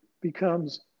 becomes